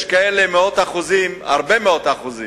יש כאלה מאות אחוזים, הרבה מאות אחוזים,